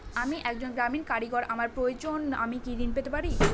আমি একজন গ্রামীণ কারিগর আমার প্রয়োজনৃ আমি কি ঋণ পেতে পারি?